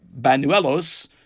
Banuelos